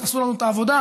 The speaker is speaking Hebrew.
תעשו לנו את העבודה,